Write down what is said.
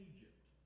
Egypt